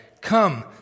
come